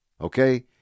Okay